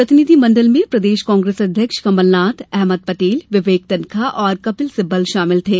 प्रतिनिधी मंडल में प्रदेश कांग्रेस अध्यक्ष कमलनाथ अहमद पटेल विवेक तन्खा और कपिल सिब्बल शामिल थे